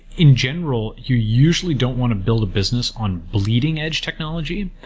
in general, you usually don't want to build a business on bleeding edge technology.